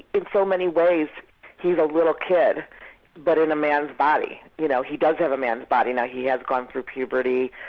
in so many ways he's a little kid but in a man's body. you know he does have a man's body, he has gone through puberty.